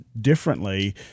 differently